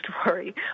story